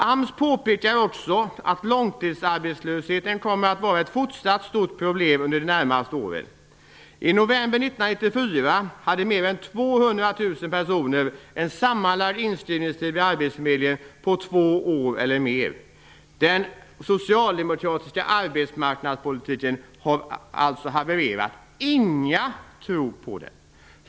AMS påpekar också att långtidsarbetslösheten kommer att fortsätta att vara ett stort problem under de närmaste åren. Den socialdemokratiska arbetsmarknadspolitiken har alltså havererat. Ingen tror på den.